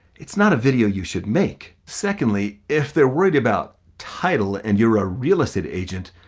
it's not a video you should make. secondly, if they're worried about title and you're a real estate agent,